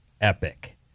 epic